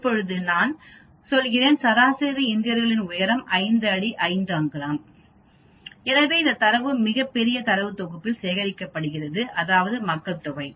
இப்போது நான் சொல்கிறேன் சராசரி இந்தியர்கள் உயரம் 5 அடி 5 அங்குலங்கள் எனவே இந்தத் தரவு மிகப் பெரிய தரவுத் தொகுப்பில் சேகரிக்கப்படுகிறது அதாவது மக்கள் தொகை